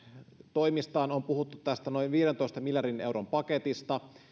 toimistaan on puhuttu tästä noin viidentoista miljardin euron paketista